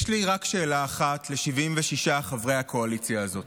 יש לי רק שאלה אחת ל-76 חברי הקואליציה הזאת: